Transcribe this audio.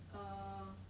uh